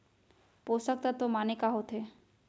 पोसक तत्व माने का होथे?